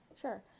Sure